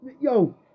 Yo